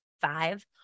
five